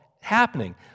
happening